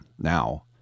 Now